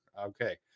Okay